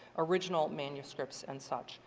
original manuscripts and such,